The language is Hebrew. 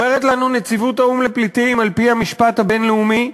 אומרת לנו נציבות האו"ם לפליטים: על-פי המשפט הבין-לאומי,